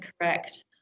correct